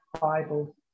Bible